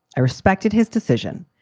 i respected his decision.